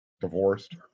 divorced